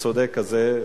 הצודק הזה.